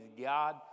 God